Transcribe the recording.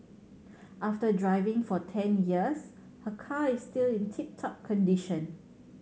after driving for ten years her car is still in tip top condition